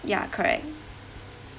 ya correct